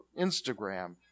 Instagram